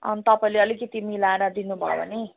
अनि तपाईँले अलिकति मिलाएर दिनु भयो भने